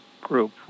group